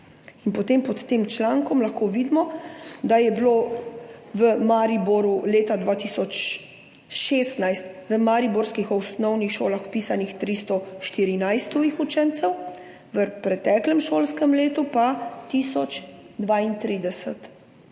potem pod tem člankom lahko vidimo, da je bilo v Mariboru leta 2016 v mariborskih osnovnih šolah vpisanih 314 tujih učencev, v preteklem šolskem letu pa tisoč